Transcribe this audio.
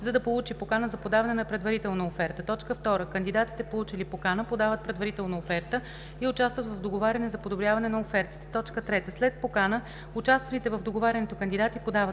за да получи покана за подаване на предварителна оферта; 2. кандидатите, получили покана, подават предварителна оферта и участват в договаряне за подобряване на офертите; 3. след покана участвалите в договарянето кандидати подават